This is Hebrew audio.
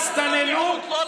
והסתננו,